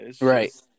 right